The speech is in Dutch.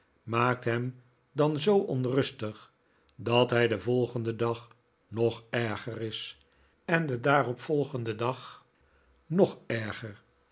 maakt hem dan zoo onrustig dat hij den volgenden dag nog erger is en den daaropvolgenden dag nog erger